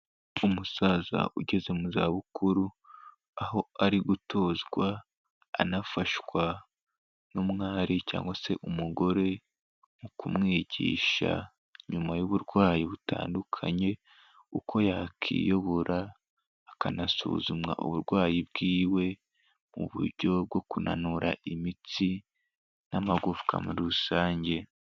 Umusaza ugeze mu zabukuru, aho ari gutozwa anafashwa n'umwari cyangwa se umugore mu kumwigisha nyuma y'uburwayi butandukanye, uko yakiyobora akanasuzumwa uburwayi bwiwe, mu buryo bwo kunanura imitsi, n'amagufwa muri rusange.